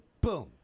boom